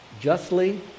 justly